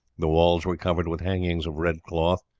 the walls were covered with hangings of red cloth,